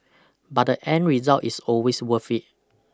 but the end result is always worth it